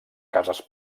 cases